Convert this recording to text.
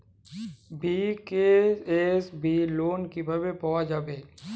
BKSB loan কিভাবে পাওয়া যাবে?